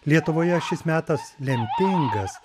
lietuvoje šis metas lemtingas